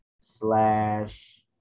slash